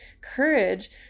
courage